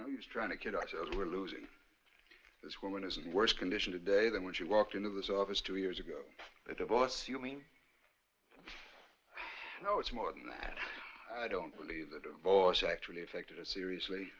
high he's trying to kid ourselves we're losing this woman is in worse condition today than when she walked into this office two years ago the divorce you mean now it's more than that i don't believe that divorce actually affected her seriously